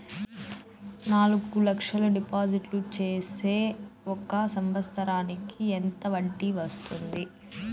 నాలుగు లక్షల డిపాజిట్లు సేస్తే ఒక సంవత్సరానికి ఎంత వడ్డీ వస్తుంది?